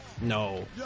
No